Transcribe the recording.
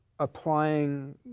applying